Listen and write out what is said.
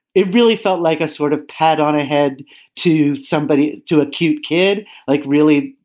it really felt like a sort of pat on a head to somebody to a cute kid like, really,